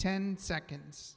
ten seconds